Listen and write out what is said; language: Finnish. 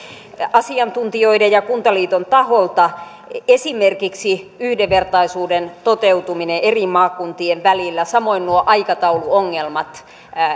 asiantuntijoiden ja kuntaliiton taholta esimerkiksi yhdenvertaisuuden toteutuminen eri maakuntien välillä samoin aikatauluongelmat